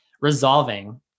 resolving